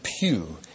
pew